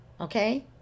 Okay